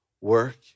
work